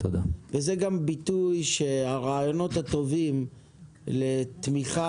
וזה גם ביטוי שהרעיונות הטובים לתמיכה